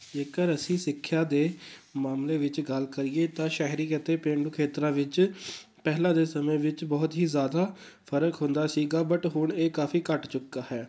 ਜੇਕਰ ਅਸੀਂ ਸਿੱਖਿਆ ਦੇ ਮਾਮਲੇ ਵਿੱਚ ਗੱਲ ਕਰੀਏ ਤਾਂ ਸ਼ਹਿਰੀ ਅਤੇ ਪੇਂਡੂ ਖੇਤਰਾਂ ਵਿੱਚ ਪਹਿਲਾਂ ਦੇ ਸਮੇਂ ਵਿੱਚ ਬਹੁਤ ਹੀ ਜ਼ਿਆਦਾ ਫ਼ਰਕ ਹੁੰਦਾ ਸੀਗਾ ਬਟ ਹੁਣ ਇਹ ਕਾਫ਼ੀ ਘੱਟ ਚੁੱਕਾ ਹੈ